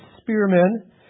spearmen